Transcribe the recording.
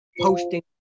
posting